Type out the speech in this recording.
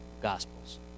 gospels